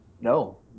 No